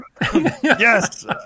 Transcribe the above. yes